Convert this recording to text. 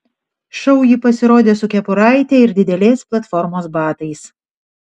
šou ji pasirodė su kepuraite ir didelės platformos batais